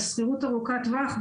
שכירות ארוכת טווח.